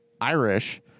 Irish